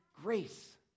grace